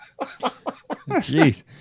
Jeez